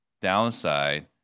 downside